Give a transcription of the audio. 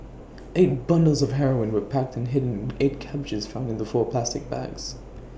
eight bundles of heroin were packed and hidden in eight cabbages found in the four plastic bags